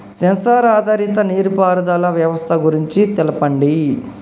Censor ఆధారిత నీటిపారుదల వ్యవస్థ గురించి తెల్పండి?